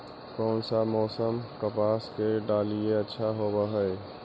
कोन सा मोसम कपास के डालीय अच्छा होबहय?